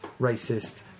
racist